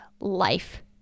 life